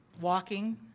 walking